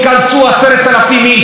וייכנסו לשם,